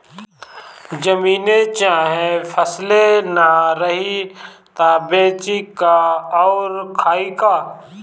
जमीने चाहे फसले ना रही त बेची का अउर खाई का